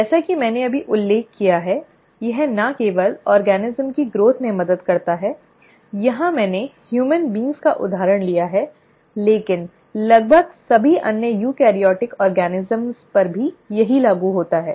जैसा कि मैंने अभी उल्लेख किया है यह न केवल एक जीव की वृद्धि में मदद करता है यहां मैंने मनुष्यों का उदाहरण लिया है लेकिन लगभग सभी अन्य यूकेरियोटिक जीवों पर भी यही लागू होता है